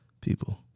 people